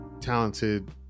talented